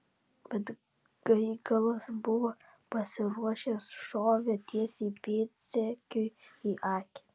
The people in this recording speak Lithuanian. bet gaigalas buvo pasiruošęs šovė tiesiai pėdsekiui į akį